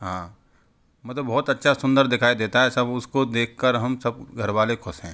हाँ मतलब बहुत अच्छा सुंदर दिखाई देता है सब उसको देखकर हम सब घर वाले खुश हैं